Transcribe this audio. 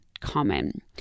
Common